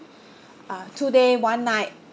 uh two day one night